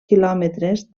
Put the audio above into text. quilòmetres